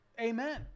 Amen